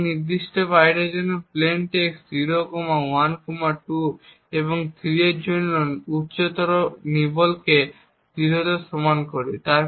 এবং নির্দিষ্ট বাইটের জন্য প্লেইন টেক্সট 0 1 2 এবং 3 এর জন্য আমরা উচ্চতর নিবলকে 0 এর সমান করি